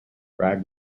drag